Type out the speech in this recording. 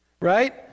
Right